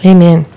Amen